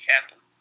capital